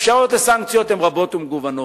האפשרויות לסנקציות הן רבות ומגוונות,